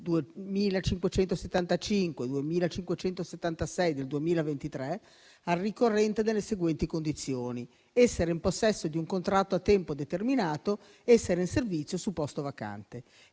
2575 e 2576 del 2023, al ricorrere delle seguenti condizioni: essere in possesso di un contratto a tempo determinato ed essere in servizio su posto vacante.